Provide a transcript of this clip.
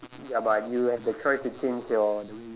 ya but you have the choice to change your the way